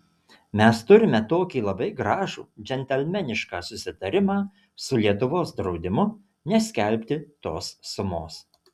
mes turime tokį labai gražų džentelmenišką susitarimą su lietuvos draudimu neskelbti tos sumos